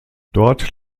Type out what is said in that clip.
dort